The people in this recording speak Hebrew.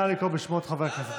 נא לקרוא בשמות חברי הכנסת,